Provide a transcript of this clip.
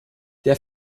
der